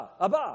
Abba